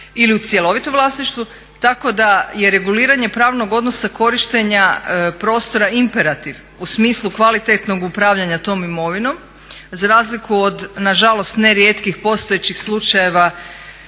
ili u cjelovitom vlasništvu tako da je reguliranje pravnog odnosa korištenja prostora imperativ u smislu kvalitetnog upravljanja tom imovinom za razliku od na žalost ne rijetkih postojećih slučajeva